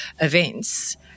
events